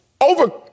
Over